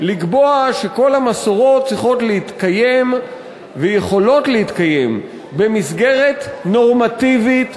לקבוע שכל המסורות צריכות להתקיים ויכולות להתקיים במסגרת נורמטיבית,